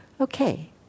Okay